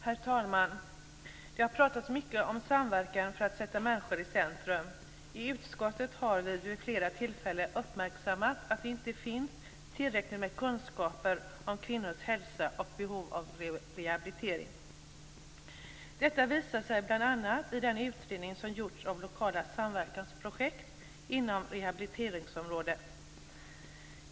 Herr talman! Det har talats mycket om samverkan för att sätta människor i centrum. I utskottet har vi vid flera tillfällen uppmärksammat att det inte finns tillräckligt med kunskaper om kvinnors hälsa och behov av rehabilitering. Detta visar sig bl.a. i den utredning som gjorts om bl.a. kommunala samverkansprojekt inom rehabiliteringsområdet.